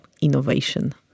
innovation